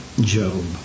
Job